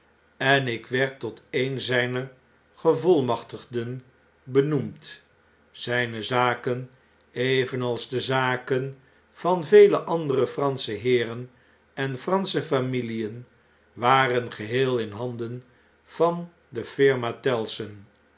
en ik werd tot een zijner gevolmachtigden benoemd zijne zaken evenals de zaken van vele andere eransche heeren en fransche familien waren geheel in handen van de firma